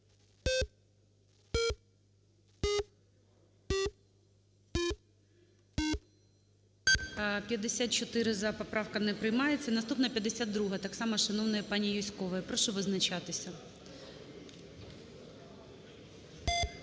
За-54 Поправка не приймається. Наступна 52-а, так само шановної пані Юзькової. Прошу визначатися.